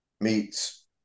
meets